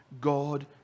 God